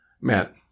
Matt